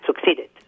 succeeded